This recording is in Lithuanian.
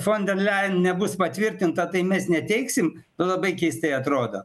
fon del lejen nebus patvirtinta tai mes neteiksim labai keistai atrodo